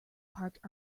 parked